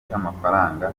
cy’amafaranga